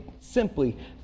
simply